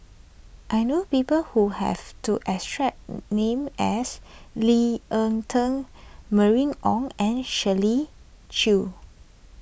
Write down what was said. I know people who have to extract name as Lee Ek Tieng Mylene Ong and Shirley Chew